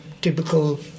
typical